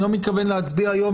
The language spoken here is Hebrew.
אני לא מתכוון להצביע היום,